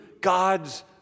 God's